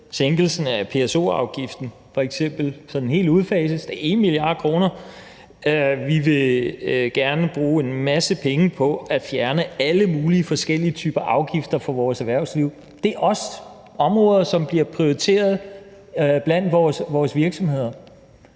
sænkelsen af PSO-afgiften, så den helt udfases. Det er 1 mia. kr. Vi vil gerne bruge en masse penge på at fjerne alle mulige forskellige typer afgifter for vores erhvervsliv. Det er også områder, som bliver prioriteret af vores virksomheder.